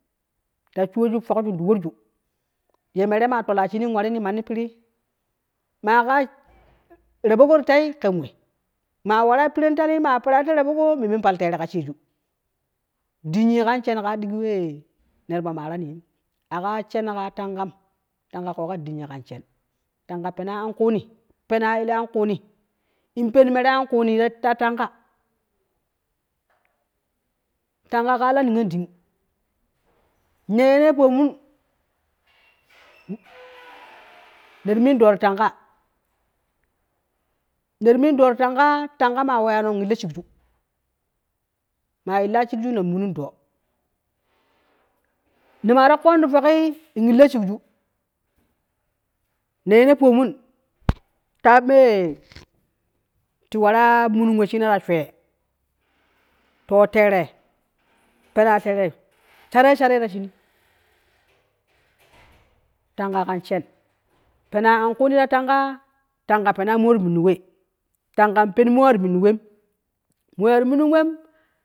Ta shuwoju tokju ti worju, ye mere maa tolaa shinii in warin nanni pirii maaga raɓogo ken we, maa waraa piren talii maa peraro ta rabogo memme in pal teere ka sheegu dinyi akan shen kaa digi wee neti po maarani yem aga shen ka tangam, tanga kooga dinyi kar shen tanga penaa an kuuni pena ele an kuuni, in pen mere akan kuuni ta tanga, tanga kaa la niyon ding ne ye ne pomung neti min dooti tanga, neti min doo ti tangaa tanga maa weeno in illo shigju maa illa shigju nen munun doo ne maa ta koon ti tokgi in illo shigju, ne yene pomun ta mee ti waraa minin weshina ta swe, to teere penaa teere tanga kan shen penaa an kuuni ta tangaa, tanga mo ti mundi we, tanga penmoo ti munni wem moo ati munini wem